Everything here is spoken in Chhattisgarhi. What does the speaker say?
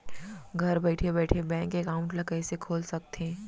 घर बइठे बइठे बैंक एकाउंट ल कइसे खोल सकथे?